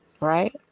right